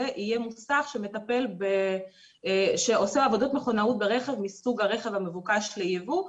יהיה מוסך שעושה עבודות מכונאות ברכב מסוג הרכב המבוקש לייבוא.